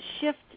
shift